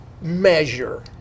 measure